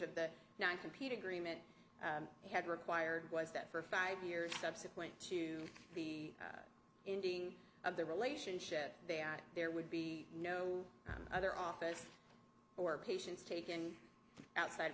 of the nine compete agreement had required was that for five years subsequent to be in dealing of the relationship there would be no other office or patients taken outside